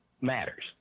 matters